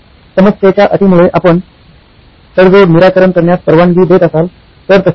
समस्येच्या अटींमुळे आपण तडजोड निराकरण करण्यास परवानगी देत असाल तर तसे करा